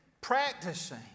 Practicing